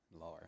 Lower